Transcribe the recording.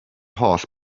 holl